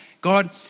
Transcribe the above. God